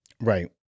Right